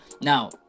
Now